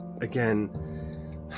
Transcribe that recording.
again